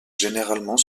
généralement